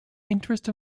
interest